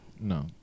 No